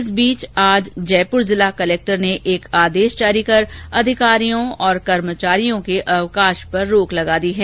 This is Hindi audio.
इस बीच आज जयप्र जिला कलक्टर ने एक आदेश जारी कर अधिकारियों और कर्मचारियों के अवकाश पर रोक लगा दी है